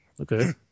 Okay